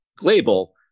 label